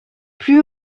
plus